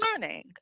learning